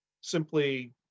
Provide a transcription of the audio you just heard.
simply